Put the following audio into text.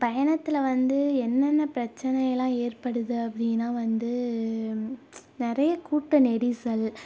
பயணத்தில் வந்து என்னென்ன பிரச்சனையெல்லாம் ஏற்படுது அப்படினா வந்து நிறையா கூட்ட நெரிசல்